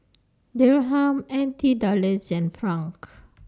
Dirham N T Dollars and Franc